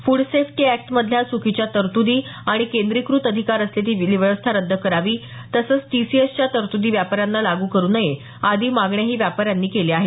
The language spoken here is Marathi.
फूड सेफ्टी ऍक्ट मधल्या च्वकीच्या तरतुदी आणि केंद्रीकृत अधिकार असलेली व्यवस्था रद्द करावी तसंच टीसीएसच्या तरतुदी व्यापाऱ्यांना लागू करू नये आदी मागण्याही व्यापाऱ्यांनी केल्या आहेत